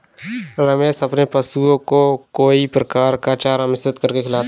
रमेश अपने पशुओं को कई प्रकार का चारा मिश्रित करके खिलाता है